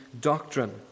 doctrine